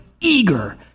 eager